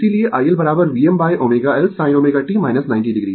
इसीलिए iLVmω L sin ω t 90 o